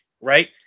right